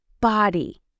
body